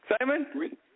Simon